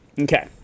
Okay